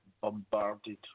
bombarded